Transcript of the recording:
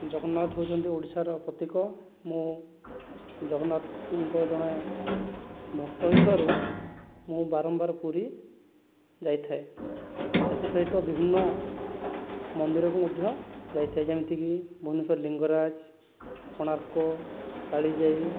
ଜଗନ୍ନାଥ ହେଉଛନ୍ତି ଓଡ଼ିଶାର ପ୍ରତୀକ ମୁଁ ଜଗନ୍ନାଥଙ୍କ ଜଣେ ଭକ୍ତ ହୋଇଥିବାରୁ ମୁଁ ବାରମ୍ବାର ପୁରୀ ଯାଇଥାଏ ଏଥିସହିତ ବିଭିନ୍ନ ମନ୍ଦିରକୁ ମଧ୍ୟ ଯାଇଥାଏ ଯେମିତି କି ଭୁବନେଶ୍ଵର ଲିଙ୍ଗରାଜ କୋଣାର୍କ କାଳିଜାଇ